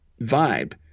vibe